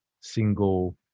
single